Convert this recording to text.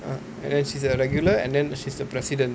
ah and then she's a regular and then she's the president